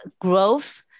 growth